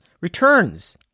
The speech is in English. returns